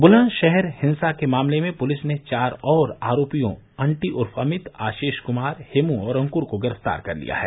बुलन्दशहर हिंसा के मामले में पुलिस ने चार और आरोपियों अन्टी उर्फ अमित आशीष कुमार हेमू और अंकुर को गिरफ्तार कर लिया है